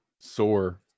sore